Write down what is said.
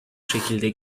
şekilde